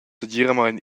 segiramein